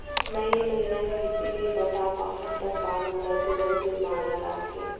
मैं ए महीना किस्ती नई पटा पाहू त का मोला तुरंत जुर्माना लागही?